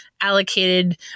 allocated